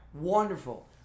Wonderful